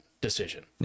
decision